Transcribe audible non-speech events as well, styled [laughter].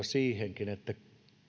[unintelligible] siihenkin että